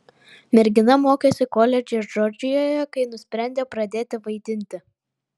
mergina mokėsi koledže džordžijoje kai nusprendė pradėti vaidinti